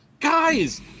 Guys